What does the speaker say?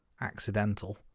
accidental